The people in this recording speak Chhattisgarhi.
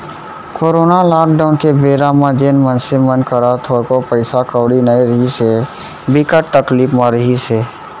कोरोना लॉकडाउन के बेरा म जेन मनसे मन करा थोरको पइसा कउड़ी नइ रिहिस हे, बिकट तकलीफ म रिहिस हे